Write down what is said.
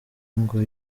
ngo